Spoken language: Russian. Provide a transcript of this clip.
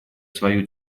свою